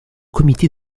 comité